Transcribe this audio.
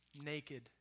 naked